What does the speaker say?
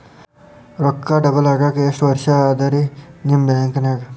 ರೊಕ್ಕ ಡಬಲ್ ಆಗಾಕ ಎಷ್ಟ ವರ್ಷಾ ಅದ ರಿ ನಿಮ್ಮ ಬ್ಯಾಂಕಿನ್ಯಾಗ?